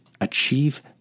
achieve